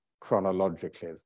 chronologically